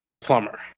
plumber